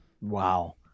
Wow